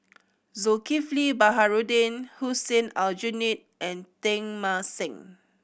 Zulkifli Baharudin Hussein Aljunied and Teng Mah Seng